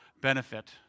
benefit